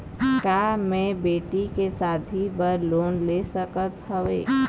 का मैं बेटी के शादी बर लोन ले सकत हावे?